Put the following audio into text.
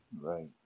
right